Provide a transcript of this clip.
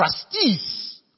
trustees